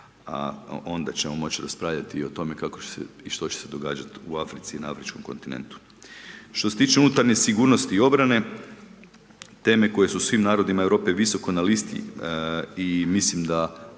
a onda ćemo moći raspravljati i o tome kako će se i što će se događati u Africi i na afričkom kontinentu. Što se tiče unutarnje sigurnosti i obrane, teme koje su svim narodima Europe visoko na listi i mislim da